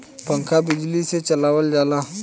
पंखा बिजली से चलावल जाला